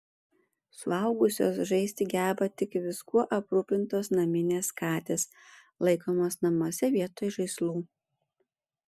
suaugusios žaisti geba tik viskuo aprūpintos naminės katės laikomos namuose vietoj žaislų